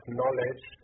knowledge